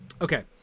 Okay